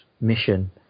mission